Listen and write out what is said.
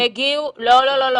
לא, לא.